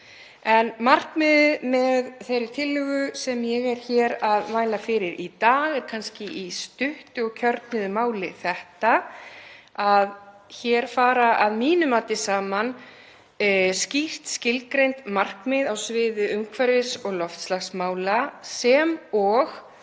Markmiðið með þeirri tillögu sem ég er hér að mæla fyrir í dag er kannski í stuttu og kjörnuðu máli að hér fara að mínu mati saman skýrt skilgreind markmið á sviði umhverfis- og loftslagsmála sem og